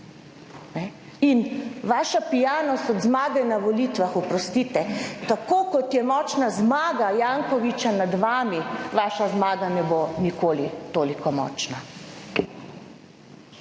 In vaša pijanost od zmage na volitvah, oprostite … Tako kot je močna zmaga Jankovića nad vami, vaša zmaga ne bo nikoli toliko močna.